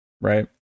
right